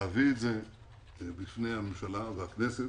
להביא את זה בפני הממשלה והכנסת